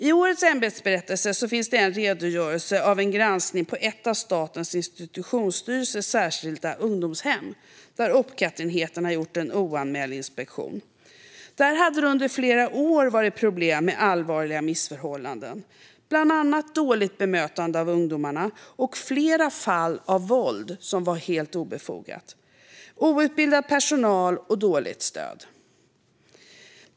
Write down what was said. I årets ämbetsberättelse finns en redogörelse av en granskning av ett av Statens institutionsstyrelses särskilda ungdomshem, där Opcat-enheten hade gjort en oanmäld inspektion. Under flera år hade det varit problem med allvarliga missförhållanden, bland annat dåligt bemötande av ungdomarna, flera fall av obefogat våld, outbildad personal och dåligt stöd.